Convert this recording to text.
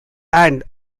and